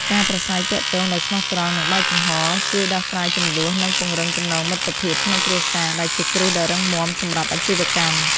ការប្រាស្រ័យទាក់ទងដោយស្មោះត្រង់ និងបើកចំហរ ជួយដោះស្រាយជម្លោះ និងពង្រឹងចំណងមិត្តភាពក្នុងគ្រួសារ ដែលជាគ្រឹះដ៏រឹងមាំសម្រាប់អាជីវកម្ម។